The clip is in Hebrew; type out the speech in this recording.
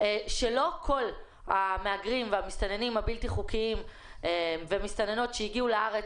שלא כל המהגרים והמסתננים והמסתננות הבלתי חוקיים שהגיעו לארץ,